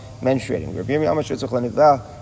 menstruating